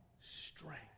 strength